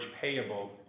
payable